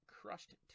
Crushed